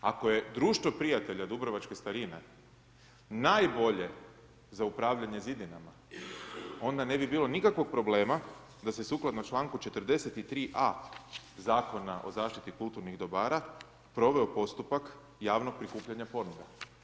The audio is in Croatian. Ako je Društvo prijatelja dubrovačkih starina najbolje za upravljanje zidinama, onda ne bi bilo nikakvog problema da se sukladno čl. 43.a. Zakona o zaštiti kulturnih dobara proveo postupak javnog prikupljanja ponuda.